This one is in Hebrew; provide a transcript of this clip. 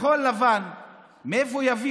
כחול לבן שרים,